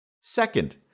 Second